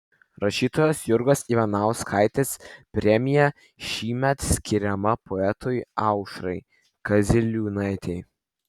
rašytojos jurgos ivanauskaitės premija šįmet skiriama poetei aušrai kaziliūnaitei